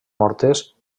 mortes